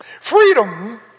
Freedom